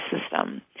system